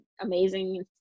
amazing